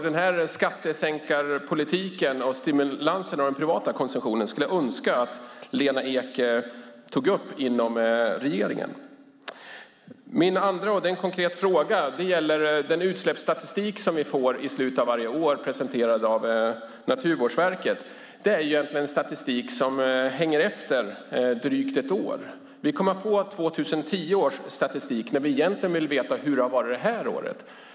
Den här skattesänkarpolitiken och stimulansen av den privata konsumtionen skulle jag önska att Lena Ek tog upp inom regeringen. Min andra fråga är konkret. Det gäller den utsläppsstatistik som vi får presenterad av Naturvårdsverket i slutet av varje år. Det är statistik som släpar efter drygt ett år. Vi kommer att få 2010 års statistik när vi egentligen vill veta hur det har varit det här året.